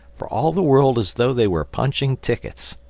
for all the world as though they were punching tickets.